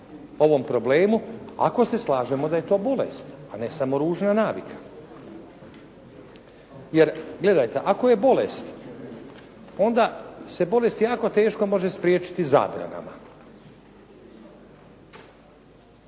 ovom problemu ako se slažemo da je to bolest, a ne samo ružna navika? Jer gledajte, ako je bolest onda se bolest jako teško može spriječiti zabranama.